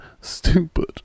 stupid